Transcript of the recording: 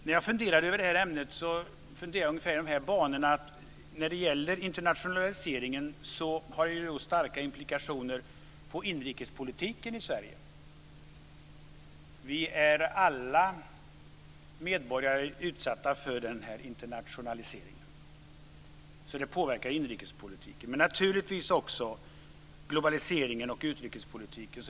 När jag funderade över det här ämnet tänkte jag ungefär i de banorna att när det gäller internationaliseringen har den starka implikationer på inrikespolitiken i Sverige. Vi är alla medborgare utsatta för den här internationaliseringen. Den påverkar inrikespolitiken, men naturligtvis också globaliseringen och utrikespolitiken.